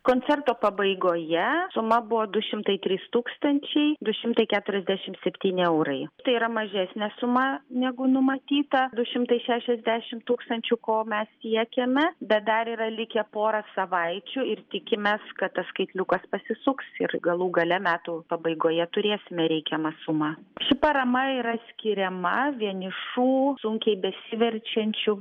koncerto pabaigoje suma buvo du šimtai trys tūkstančiai du šimtai keturiasdešim septyni eurai tai yra mažesnė suma negu numatyta du šimtai šešiasdešim tūkstančių ko mes siekiame bet dar yra likę pora savaičių ir tikimės kad tas skaitliukas pasisuks ir galų gale metų pabaigoje turėsime reikiamą sumą ši parama yra skiriama vienišų sunkiai besiverčiančių